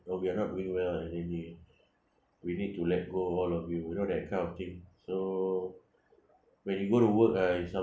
oh we are not doing well ah lately we need to let go all of you you know that kind of thing so when you go to work ah you sometimes